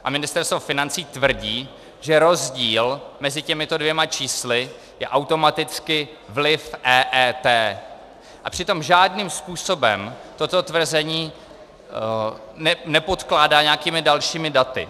A Ministerstvo financí tvrdí, že rozdíl mezi těmito dvěma čísly je automaticky vliv EET, a přitom žádným způsobem toto tvrzení nepodkládá nějakými dalšími daty.